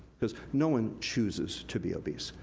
cause no one chooses to be obese.